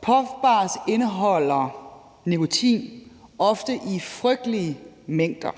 Puffbars indeholder nikotin, ofte i frygtelige mængder,